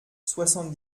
soixante